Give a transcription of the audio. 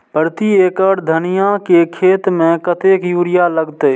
प्रति एकड़ धनिया के खेत में कतेक यूरिया लगते?